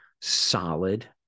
solid